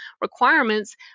requirements